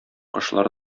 кошлар